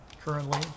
Currently